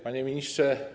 Panie Ministrze!